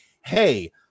hey